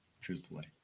truthfully